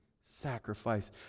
sacrifice